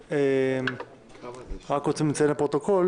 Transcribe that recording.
אנחנו רוצים לציין לפרוטוקול